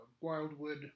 Wildwood